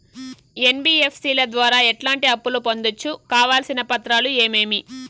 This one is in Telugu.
ఎన్.బి.ఎఫ్.సి ల ద్వారా ఎట్లాంటి అప్పులు పొందొచ్చు? కావాల్సిన పత్రాలు ఏమేమి?